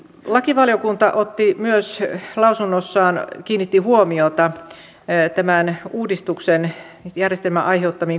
lakivaliokunta kiinnitti lausunnossaan huomiota myös tämän järjestelmän uudistuksen aiheuttamiin kustannuksiin